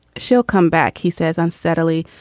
she'll come back, he says unsteadily,